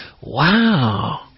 wow